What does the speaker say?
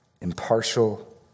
impartial